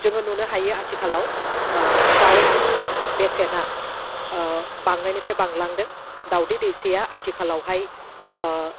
जोङो नुनो हायो आथिखालाव दाउनि बेसेना बांनायनिफ्राय बांलांदों दाउदै दैसेया आथिखालावहाय